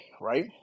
right